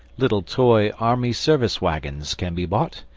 little toy army service waggons can be bought,